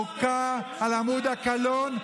ומוקע על עמוד הקלון,